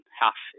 half